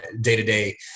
day-to-day